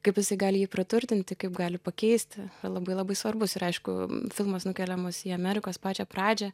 kaip jisai gali jį praturtinti kaip gali pakeisti labai labai svarbus ir aišku filmas nukeliamas į amerikos pačią pradžią